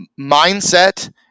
mindset